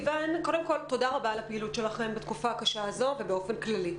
תודה רבה על הפעילות שלכם בתקופה הקשה הזו ובאופן כללי.